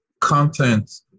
content